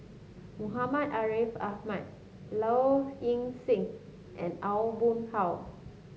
Muhammad Ariff Ahmad Low Ing Sing and Aw Boon Haw